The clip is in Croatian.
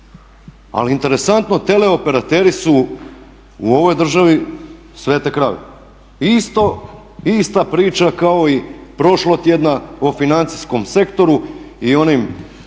Ali interesantno tele operateri su u ovoj državi svete krave. Ista priča kao i prošlotjedna o financijskom sektoru i onim